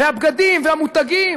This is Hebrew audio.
והבגדים, והמותגים...